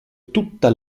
tutta